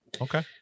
okay